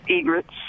egrets